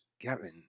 Gavin